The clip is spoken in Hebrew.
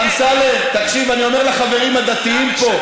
אמסלם, אמסלם, תקשיב, אני אומר לחברים הדתיים פה,